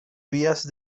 vías